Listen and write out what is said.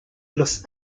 los